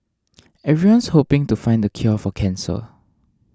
everyone's hoping to find the cure for cancer